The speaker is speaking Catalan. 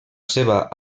seva